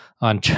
on